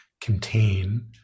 contain